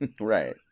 Right